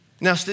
Now